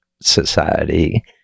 society